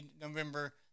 November